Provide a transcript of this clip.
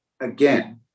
again